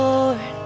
Lord